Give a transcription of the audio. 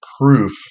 proof